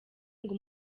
ngo